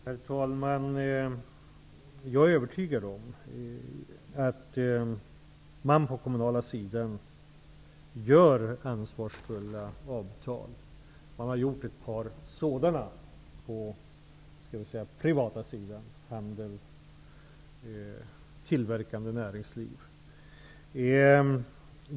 Herr talman! Jag är övertygad om att man på den kommunala sidan sluter ansvarsfulla avtal. Man har slutit ett par sådana på den privata sidan -- handeln och tillverkande näringsliv.